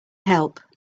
help